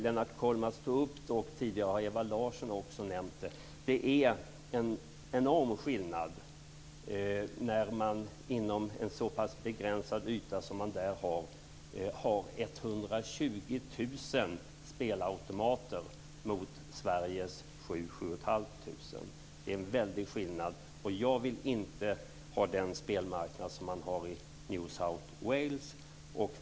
Lennart Kollmats tog upp det, och tidigare har också Ewa Larsson nämnt det. Det är en enorm skillnad när man inom en så pass begränsad yta som där har 120 000 spelautomater mot Sveriges 7 000-7 500. Det är en väldig skillnad. Jag vill inte ha den spelmarknad som man har i New South Wales.